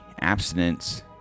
abstinence